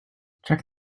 check